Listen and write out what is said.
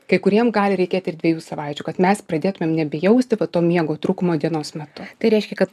kai kuriem gali reikėti ir dviejų savaičių kad mes pradėtumėm nebejausti va to miego trūkumo dienos metu tai reiškia kad